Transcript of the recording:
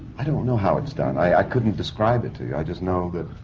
i don't know how it's done. i. i couldn't describe it to you. i just know that.